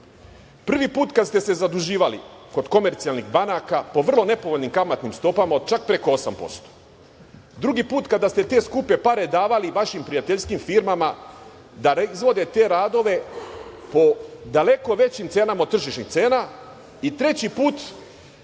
Prvi put kad ste zaduživali kod komercijalnih banaka po vrlo nepovoljnim kamatnim stopama od čak preko 8%, drugi put kada ste te skupe pare davali vašim prijateljskim firmama da izvode te radove po daleko većim cenama od tržišnih cena